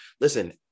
Listen